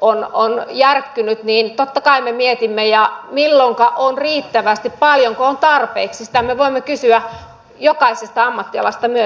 on jo järkkynyt niin totta kai me mietimme milloinka on riittävästi paljonko on tarpeeksi sitä me voimme kysyä jokaisesta ammattialasta myös